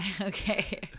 Okay